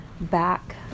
back